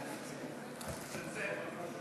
התשע"ד 2014, נתקבל.